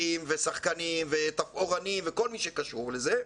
ושחקנים ותפאורנים וכל מי שקשור לזה,